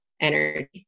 energy